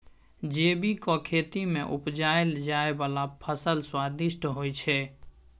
जैबिक खेती मे उपजाएल जाइ बला फसल स्वादिष्ट होइ छै